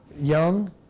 young